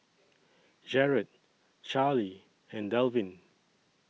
Jerod Charley and Delvin